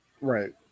Right